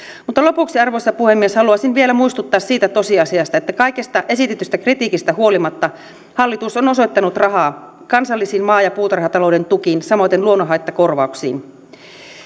mutta lopuksi arvoisa puhemies haluaisin vielä muistuttaa siitä tosiasiasta että kaikesta esitetystä kritiikistä huolimatta hallitus on osoittanut rahaa kansallisiin maa ja puutarhatalouden tukiin samoiten luonnonhaittakorvauksiin